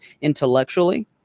intellectually